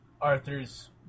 Arthur's